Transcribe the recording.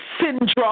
syndrome